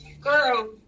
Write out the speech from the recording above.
girl